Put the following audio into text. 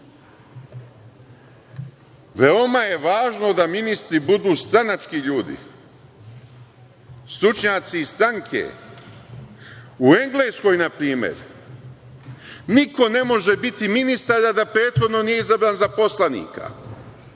je važno da ministri budu stranački ljudi, stručnjaci iz stranke. U Engleskoj, na primer, niko ne može biti ministar a da prethodno nije izabran za poslanika